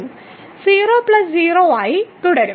0 0 ആയി തുടരും